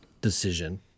decision